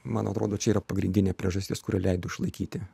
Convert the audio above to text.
man atrodo čia yra pagrindinė priežastis kuri leido išlaikyti